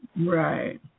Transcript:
Right